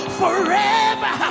forever